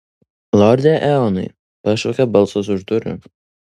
lorde eonai pašaukė balsas už durų